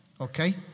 okay